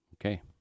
Okay